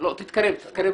שתי נקודות לגבי תעסוקה